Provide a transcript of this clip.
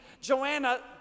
Joanna